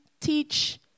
teach